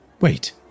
Wait